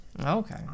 Okay